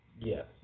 yes